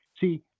See